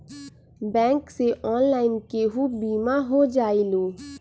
Bank से online केहु बिमा हो जाईलु?